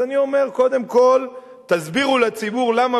אז אני אומר: קודם כול תסבירו לציבור למה